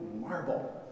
marble